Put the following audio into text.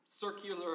circular